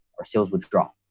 or sales withdraw?